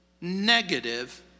negative